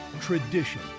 tradition